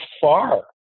far